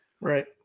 right